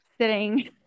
sitting